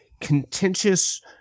contentious